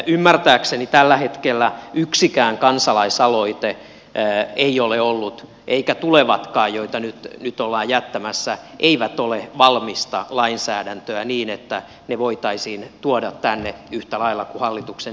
ymmärtääkseni tällä hetkellä yksikään kansalaisaloite ei ole ollut eivätkä ole tulevatkaan joita nyt ollaan jättämässä valmista lainsäädäntöä niin että ne voitaisiin tuoda tänne yhtä lailla kuin hallituksen esitykset